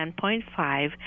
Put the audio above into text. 10.5